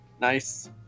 Nice